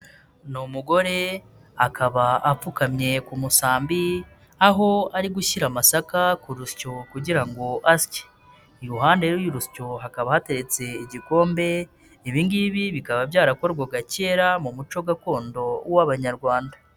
Ni umugore akaba apfukamye ku musambi aho ari gushyira amasaka ku rusyo kugira ngo asye, iruhande y'urusyo hakaba hatetse igikombe, ibi ngibi bikaba byarakorwaga kera mu muco gakondo w'Abanyarwanda.